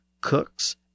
cooks